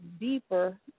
deeper